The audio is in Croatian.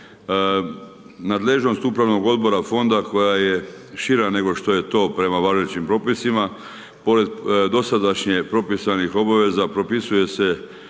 Nadležnost upravnog odbora fonda koja je šira nego što je to prema važećim propisima, pored dosadašnje propisanih obaveza propisuje se